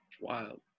Wild